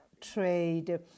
trade